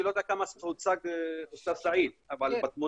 אני לא יודע כמה הוצג הסעיף אבל כאשר